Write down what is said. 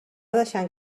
deixant